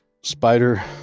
Spider